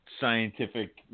scientific